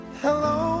Hello